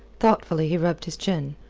thoughtfully he rubbed his chin.